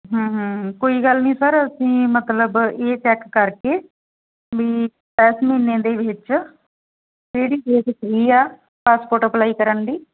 ਹੁੰ ਹੁੰ ਹੁੰ ਕੋਈ ਗੱਲ ਨਹੀਂ ਸਰ ਅਸੀਂ ਮਤਲਬ ਇਹ ਚੈੱਕ ਕਰਕੇ ਵੀ ਇਸ ਮਹੀਨੇ ਦੇ ਵਿੱਚ ਕਿਹੜੀ ਡੇਟ ਫ੍ਰੀ ਆ ਪਾਸਪੋਰਟ ਅਪਲਾਈ ਕਰਨ ਦੀ